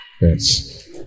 yes